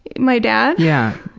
my dad? yeah.